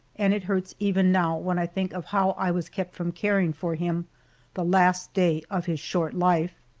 and it hurts even now when i think of how i was kept from caring for him the last day of his short life.